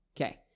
Okay